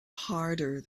harder